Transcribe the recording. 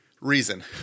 reason